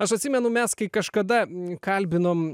aš atsimenu mes kai kažkada kalbinom